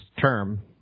term